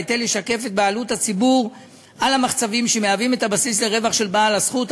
ההיטל ישקף את בעלות הציבור על המחצבים שהם הבסיס לרווח של בעל הזכות.